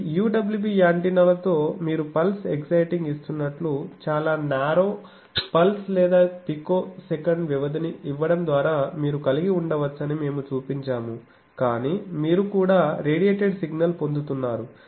ఈ UWB యాంటెన్నాలతో మీరు పల్స్ ఎక్సైటింగ్ ఇస్తున్నట్లు చాలా న్యారో పల్స్ లేదా పికోసెకండ్ వ్యవధిని ఇవ్వడం ద్వారా మీరు కలిగి ఉండవచ్చని మేము చూపించాము కానీ మీరు కూడా రేడియేటెడ్ సిగ్నల్ పొందుతున్నారు